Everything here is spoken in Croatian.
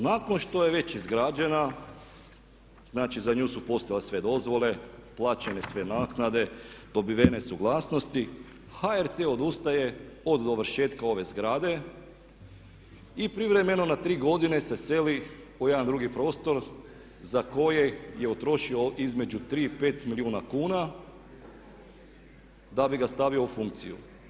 Nakon što je već izgrađena znači za nju su postojale sve dozvole, plaćene sve naknade, dobivene suglasnosti, HRT odustaje od dovršetka ove zgrade i privremeno na tri godine se seli u jedan drugi prostor za koji je utrošio između 3 i 5 milijuna kuna da bi ga stavio u funkciju.